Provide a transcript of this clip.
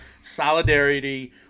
solidarity